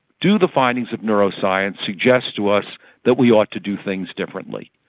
do the findings of neuroscience suggest to us that we ought to do things differently?